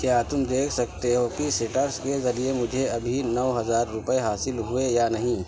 کیا تم دیکھ سکتے ہو کہ سٹرس کے ذریعے مجھے ابھی نو ہزار روپے حاصل ہوئے یا نہیں